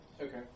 Okay